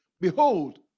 Behold